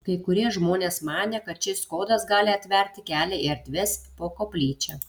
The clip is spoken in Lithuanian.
kai kurie žmonės manė kad šis kodas gali atverti kelią į erdves po koplyčia